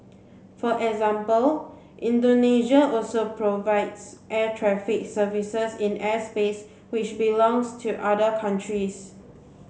for example Indonesia also provides air traffic services in airspace which belongs to other countries